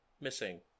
missing